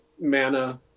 mana